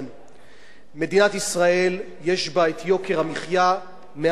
מדינת ישראל יש בה יוקר המחיה מהגבוהים בעולם,